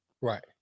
Right